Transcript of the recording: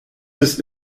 ist